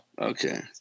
okay